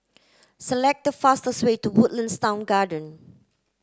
select the fastest way to Woodlands Town Garden